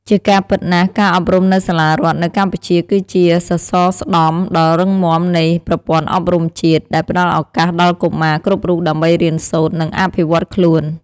ជាការពិតណាស់ ការអប់រំនៅសាលារដ្ឋនៅកម្ពុជាគឺជា សសរស្តម្ភដ៏រឹងមាំមួយនៃប្រព័ន្ធអប់រំជាតិ ដែលផ្តល់ឱកាសដល់កុមារគ្រប់រូបដើម្បីរៀនសូត្រ និងអភិវឌ្ឍខ្លួនឯង។